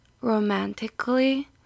romantically